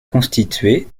constitué